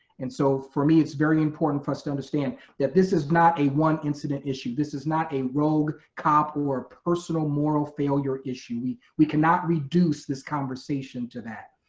and so for me it's very important for us to understand that this is not a one incident issue, this is not a rogue cop or a personal moral failure issue, we we cannot reduce this conversation to that.